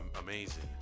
Amazing